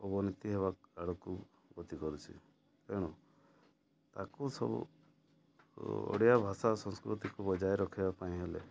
ଅବନୀତି ହେବା ଆଡ଼କୁ ଗତି କରୁଛି ତେଣୁ ତାକୁ ସବୁ ଓଡ଼ିଆଭାଷା ସଂସ୍କୃତିକୁ ବଜାୟ ରଖିବା ପାଇଁ ହେଲେ